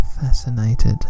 fascinated